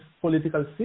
political